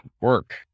work